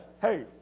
Hey